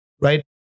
right